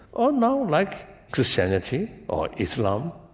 or now like christianity or islam,